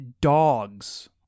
dogs